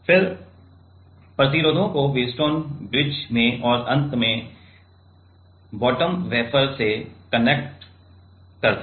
फिर प्रतिरोधों को व्हीटस्टोन ब्रिज में और अंत में बॉटम वेफर से कनेक्ट करें